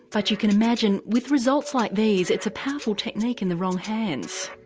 but you can imagine, with results like these, it's a powerful technique in the wrong hands.